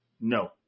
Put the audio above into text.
No